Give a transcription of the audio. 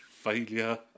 failure